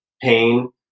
pain